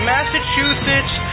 Massachusetts